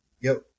yo